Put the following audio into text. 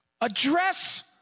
Address